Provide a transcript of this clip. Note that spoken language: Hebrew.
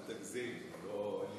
אל תגזים, לא,